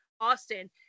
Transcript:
Austin